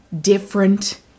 different